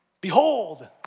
behold